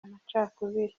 amacakubiri